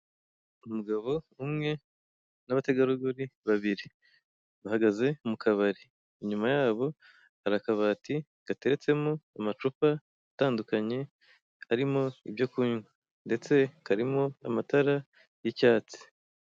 Umugabo umwe n'abategarugori babiri, bahagaze mu kabari, inyuma yabo hari akabati gateretsemo amacupa atandukanye arimo ibyo kunywa ndetse karimo amatara y'icyatsi.